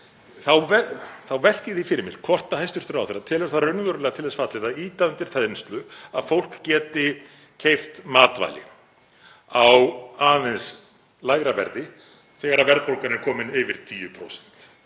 þá velti ég því fyrir mér hvort hæstv. ráðherra telji það raunverulega til þess fallið að ýta undir þenslu að fólk geti keypt matvæli á aðeins lægra verði þegar verðbólgan er komin yfir 10%.